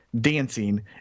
dancing